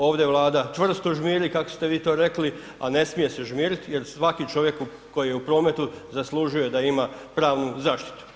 Ovdje Vlada čvrsto žmiri kako ste vi to rekli, a ne smije se žmiriti jer svaki čovjek koji je u prometu zaslužuje da ima pravnu zaštitu.